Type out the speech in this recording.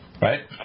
right